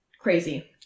crazy